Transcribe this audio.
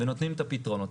ונותנים את הפתרונות,